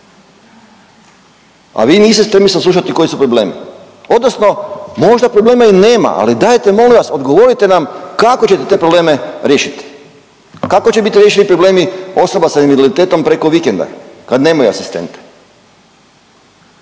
a vi niste spremni saslušati koji su problemi odnosno možda problema i nema ali dajte molim vas odgovorite nam kako ćete te probleme riješiti. A kako će biti riješeni problemi osoba sa invaliditetom preko vikenda kad nemaju asistente?